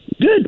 Good